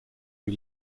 who